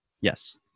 Yes